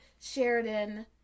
Sheridan